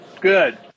Good